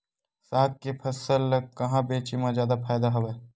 साग के फसल ल कहां बेचे म जादा फ़ायदा हवय?